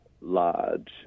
Large